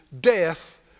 death